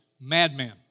madman